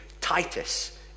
Titus